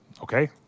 Okay